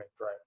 right